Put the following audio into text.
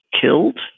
killed